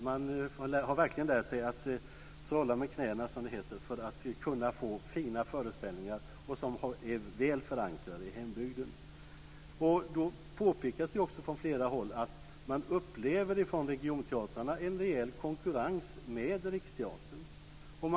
De har verkligen lärt sig att trolla med knäna för att kunna få fina föreställningar som är väl förankrade i hembygden. Det påpekas från flera håll att regionteatrarna upplever en rejäl konkurrens med Riksteatern.